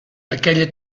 aquella